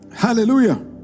Hallelujah